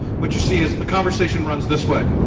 what you see is the conversation runs this way.